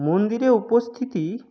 মন্দিরে উপস্থিতি